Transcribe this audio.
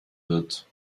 wird